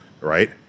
right